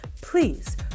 Please